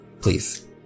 Please